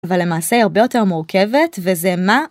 ולמעשה הרבה יותר מורכבת וזה מה.